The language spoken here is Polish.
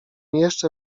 jeszcze